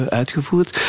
uitgevoerd